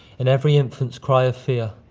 in every infants cry of fear,